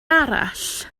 arall